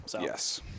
Yes